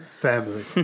family